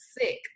sick